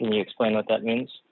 can you explain what that means